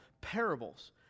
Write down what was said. parables